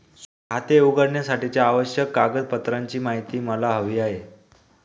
खाते उघडण्यासाठीच्या आवश्यक कागदपत्रांची माहिती मला हवी आहे